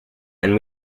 and